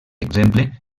exemple